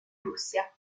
russia